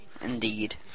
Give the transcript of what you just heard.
Indeed